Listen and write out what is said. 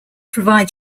provide